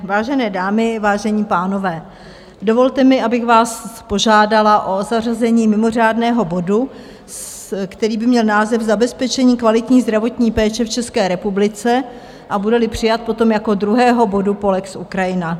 Vážené dámy, vážení pánové, dovolte mi, abych vás požádala o zařazení mimořádného bodu, který by měl název Zabezpečení kvalitní zdravotní péče v České republice, a budeli přijat, potom jako druhého bodu po lex Ukrajina.